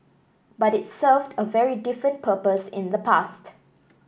but it served a very different purpose in the past